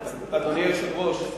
אדוני היושב-ראש,